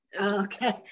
Okay